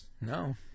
No